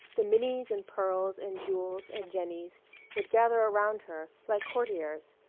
the minnies and pearls and jewels and jennies would gather round her like courtiers,